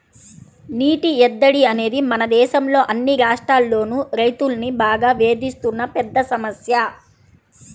నీటి ఎద్దడి అనేది మన దేశంలో అన్ని రాష్ట్రాల్లోనూ రైతుల్ని బాగా వేధిస్తున్న పెద్ద సమస్య